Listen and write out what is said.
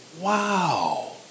Wow